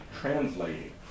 translating